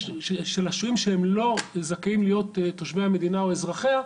של השוהים שהם לא זכאים להיות תושבי המדינה או אזרחיה,